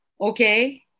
Okay